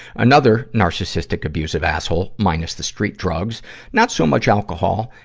another narcissistic, abusive asshole, minus the street drugs not so, much alcohol.